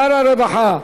שר הרווחה,